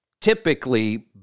typically